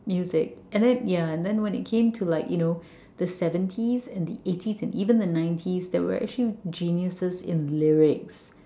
music and then ya and then when it came to like you know the seventies and the eighties and even the nineties there were actually geniuses in lyrics